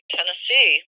Tennessee